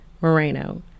moreno